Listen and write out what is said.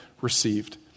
received